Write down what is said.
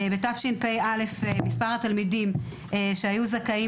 בשנת התשפ"א מספר התלמידים שהיו זכאים